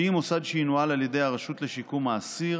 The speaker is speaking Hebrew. שהיא מוסד שינוהל על ידי הרשות לשיקום האסיר